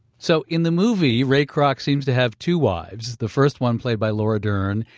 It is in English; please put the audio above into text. so in the movie, ray kroc seems to have two wives. the first one played by laura dern,